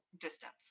distance